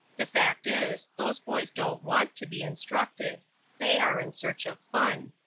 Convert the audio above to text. the fact is, those boys don't want to be instructed they are in search of fun.